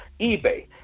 eBay